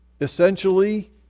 essentially